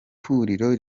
huriro